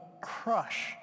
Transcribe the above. crush